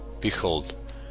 Behold